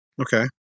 Okay